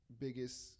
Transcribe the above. biggest